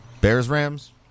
Bears-Rams